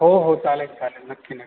हो हो चालेल चालेल नक्की न